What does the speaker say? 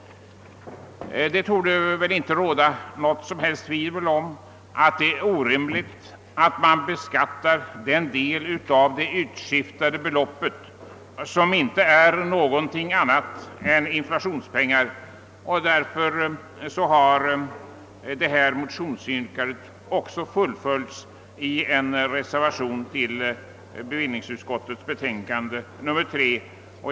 Det torde inte råda något som helst tvivel om att det är orimligt att man beskattar den del av det utskiftade beloppet som inte är någonting annat än inflationspengar. Därför har detta mo tionsyrkande fullföljts i en reservation till bevillningsutskottets betänkande nr 3.